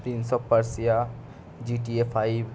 Prince of Persia GTA five